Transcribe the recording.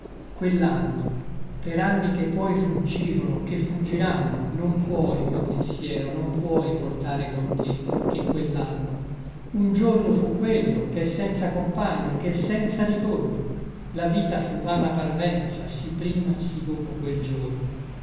quellanno per anni che poi fuggirono che fuggiranno non puoi mio pensiero non puoi portare con te che quellanno un giorno fu quello chè senza compagno chè senza ritorno la vita fu vana parvenza sì prima sì dopo quel giorno